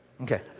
okay